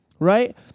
Right